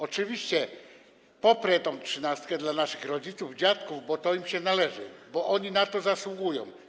Oczywiście poprę tę trzynastkę dla naszych rodziców, dziadków, bo im się to należy, bo oni na to zasługują.